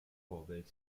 vorbild